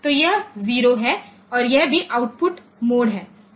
तो यह 0 है और यह भी आउटपुट मोड है